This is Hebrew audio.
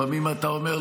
לפעמים אתה אומר,